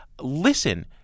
listen